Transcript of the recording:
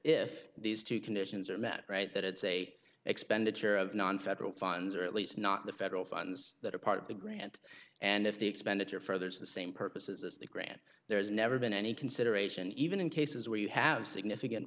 if these two conditions are met right that it's a expenditure of non federal funds or at least not the federal funds that are part of the grant and if the expenditure furthers the same purposes as the grant there's never been any consideration even in cases where you have significant